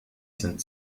sind